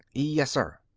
yes, sir.